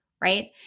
right